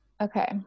Okay